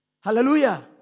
hallelujah